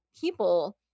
people